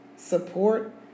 Support